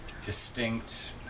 distinct